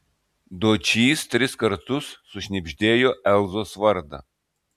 dočys tris kartus sušnibždėjo elzos vardą